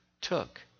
took